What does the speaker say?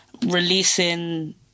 releasing